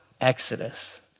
Exodus